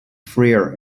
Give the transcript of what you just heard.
freer